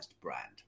brand